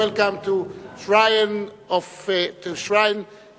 welcome to the shrine of democracy,